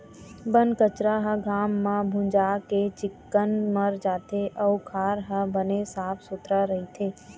बन कचरा ह घाम म भूंजा के चिक्कन मर जाथे अउ खार ह बने साफ सुथरा रहिथे